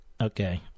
Okay